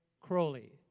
Crowley